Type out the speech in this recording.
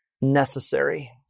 necessary